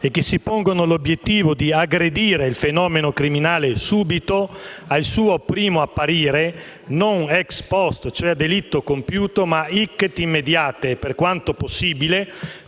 e che si pongono l'obiettivo di aggredire il fenomeno criminale subito, al suo primo apparire: non *ex post* (cioè a delitto compiuto), ma *hic et immediate*, per quanto possibile,